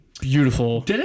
Beautiful